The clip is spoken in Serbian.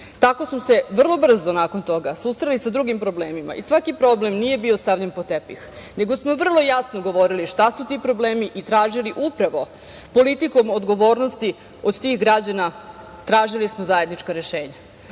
smo se vrlo brzo nakon toga susreli sa drugim problemima i svaki problem nije bio stavljen pod tepih, nego smo vrlo jasno govorili šta su ti problemi i tražili upravo politikom odgovornosti od tih građana, tražili smo zajednička rešenja. To